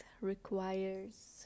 requires